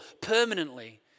permanently